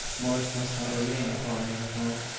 morris must not remain up on their account.